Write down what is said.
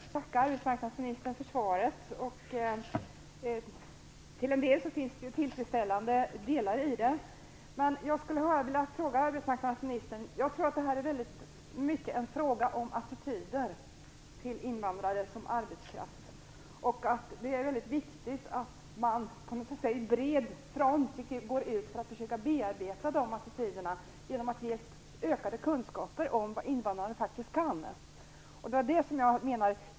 Fru talman! Jag tackar arbetsmarknadsministern för svaret, som till dels är tillfredsställande. Jag tror att det här i mycket är en fråga om attityder till invandrare som arbetskraft. Det är mycket viktigt att på bred front gå ut för att försöka bearbeta dessa attityder. Man kan ge ökade kunskaper om vad invandrarna faktiskt kan.